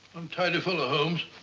untidy fellow holmes.